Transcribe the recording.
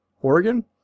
Oregon